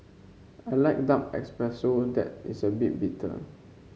I like dark espresso that is a bit bitter